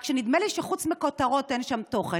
רק שנדמה לי שחוץ מכותרות אין שם תוכן.